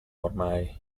ormai